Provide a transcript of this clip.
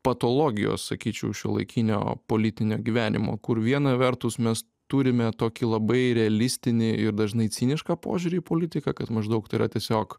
patologijos sakyčiau šiuolaikinio politinio gyvenimo kur viena vertus mes turime tokį labai realistinį ir dažnai cinišką požiūrį į politiką kad maždaug tai yra tiesiog